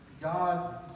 God